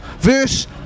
verse